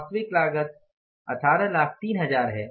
वास्तविक लागत 183000 है